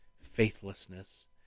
faithlessness